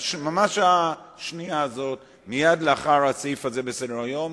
היו קצת שינויים בסדר-היום,